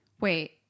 Wait